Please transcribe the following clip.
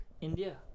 India